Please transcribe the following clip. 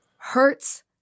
hurts